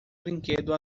brinquedo